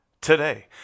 Today